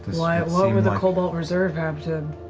what would the cobalt reserve have to